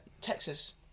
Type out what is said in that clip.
Texas